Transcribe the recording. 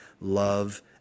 love